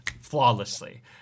flawlessly